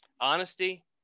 honesty